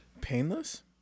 Painless